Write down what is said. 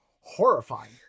horrifying